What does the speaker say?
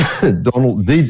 Donald